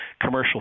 commercial